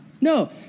No